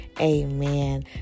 amen